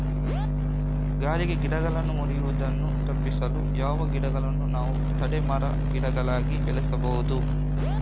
ಗಾಳಿಗೆ ಗಿಡಗಳು ಮುರಿಯುದನ್ನು ತಪಿಸಲು ಯಾವ ಗಿಡಗಳನ್ನು ನಾವು ತಡೆ ಮರ, ಗಿಡಗಳಾಗಿ ಬೆಳಸಬಹುದು?